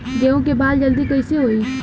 गेहूँ के बाल जल्दी कईसे होई?